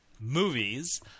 movies